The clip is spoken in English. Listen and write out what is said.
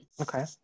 Okay